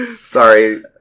Sorry